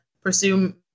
pursue